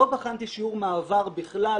לא בחנתי שיעור מעבר בכלל,